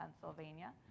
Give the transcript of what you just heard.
Pennsylvania